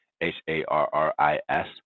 H-A-R-R-I-S